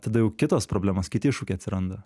tada jau kitos problemos kiti iššūkiai atsiranda